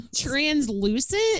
Translucent